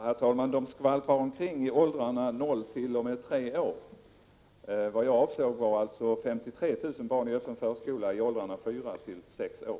Herr talman! De finns i åldrarna 0—3 år. Siffran 53 000 gäller barn i öppen förskola i åldrarna 4—6 år.